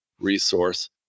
resource